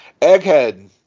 egghead